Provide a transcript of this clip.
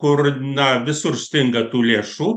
kur na visur stinga tų lėšų